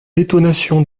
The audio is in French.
détonations